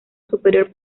superior